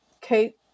Kate